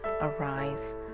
arise